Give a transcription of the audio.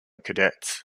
cadets